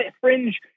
fringe